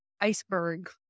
iceberg